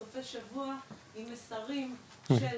סופי שבוע עם מסרים של